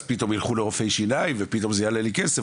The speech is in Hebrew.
אז פתאום ילכו לרופאי שיניים ופתאום זה יעלה לי כסף,